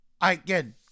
Again